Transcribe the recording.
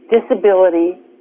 disability